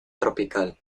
tropical